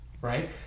right